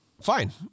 fine